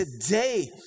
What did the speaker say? today